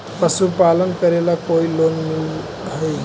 पशुपालन करेला कोई लोन मिल हइ?